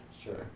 Sure